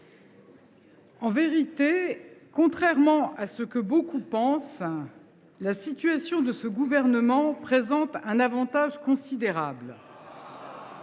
En vérité, contrairement à ce que beaucoup pensent, la situation de ce gouvernement présente un avantage considérable